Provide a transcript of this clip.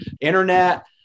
internet